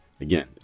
Again